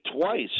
twice